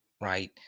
right